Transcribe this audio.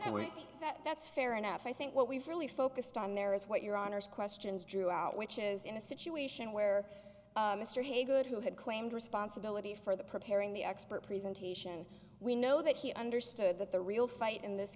that's fair enough i think what we've really focused on there is what your honour's questions drew out which is in a situation where mr haygood who had claimed responsibility for the preparing the expert presentation we know that he understood that the real fight in this